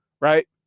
Right